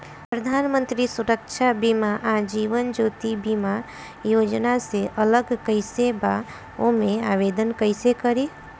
प्रधानमंत्री सुरक्षा बीमा आ जीवन ज्योति बीमा योजना से अलग कईसे बा ओमे आवदेन कईसे करी?